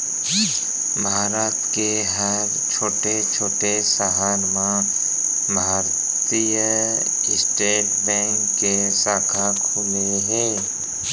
भारत के हर छोटे छोटे सहर म भारतीय स्टेट बेंक के साखा खुले हे